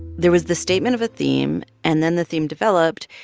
there was the statement of a theme, and then the theme developed.